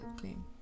claim